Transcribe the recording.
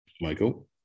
Michael